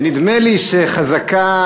פייגלין.